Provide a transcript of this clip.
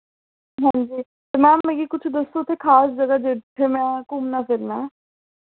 हांजी ते मैम मिगी दस्सो उत्थै किश खास ज'गा जित्थै में घुम्मना फिरना ऐ